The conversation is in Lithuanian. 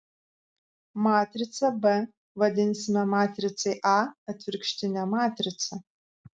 matricą b vadinsime matricai a atvirkštine matrica